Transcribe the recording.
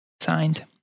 signed